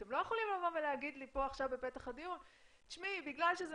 אתם לא יכולים להגיד לי בפתח הדיון שבגלל שזה